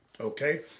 okay